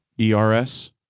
E-R-S